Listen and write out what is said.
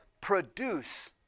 produce